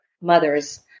mother's